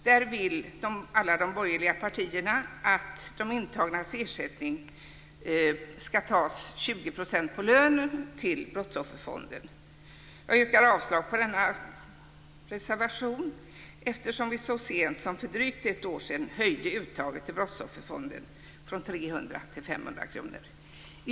I den vill alla de borgerliga partierna att det ska tas 20 % på lönen, de intagnas ersättning, till Brottsofferfonden. Jag yrkar avslag på reservationen, eftersom vi så sent som för drygt ett år sedan höjde uttaget till Brottsofferfonden från 300 kr till 500 kr.